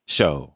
Show